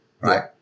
right